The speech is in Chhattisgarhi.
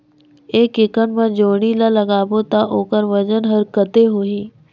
एक एकड़ मा जोणी ला लगाबो ता ओकर वजन हर कते होही?